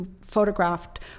photographed